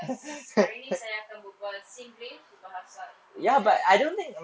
hari ini saya akan berbual singlish dia bahasa english then